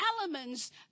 elements